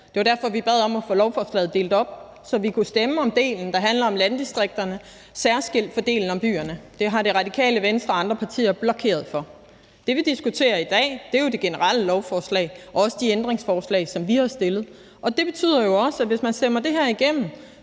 Det var derfor, vi bad om at få lovforslaget delt op, så vi kunne stemme om den del, der handler om landdistrikterne, og få det adskilt fra den del, der handler om byerne. Det har Radikale Venstre og andre partier blokeret for. Det, vi diskuterer i dag, er jo lovforslaget generelt og også de ændringsforslag, som vi har stillet. Det betyder jo også, at hvis man stemmer det her igennem,